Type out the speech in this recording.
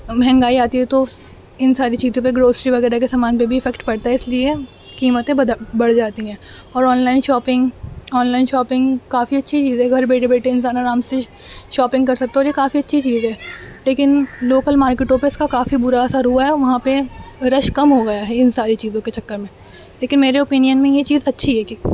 مہنگائی آتی ہے تو اس ان ساری چیزوں پہ گروسری وغیرہ کے سامان پہ بھی افیکٹ پڑتا ہے اس لیے قیمتیں بد بڑھ جاتی ہیں اور online shopping online shopping کافی اچھی چیز ہے گھر بیٹھے بیٹھے انسان آرام سے شاپنگ کر سکتا ہے اور یہ کافی اچھی چیز ہے لیکن لوکل مارکیٹوں پہ اس کا کافی برا اثر ہوا ہے وہاں پہ رش کم ہو گیا ہے ان ساری چیزوں کے چکر میں لیکن میرے اوپینین میں یہ چیز اچھی ہے کہ